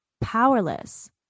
powerless